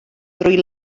drwy